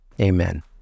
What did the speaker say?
Amen